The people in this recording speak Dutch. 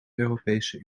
europese